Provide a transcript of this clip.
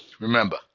remember